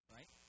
Right